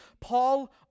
Paul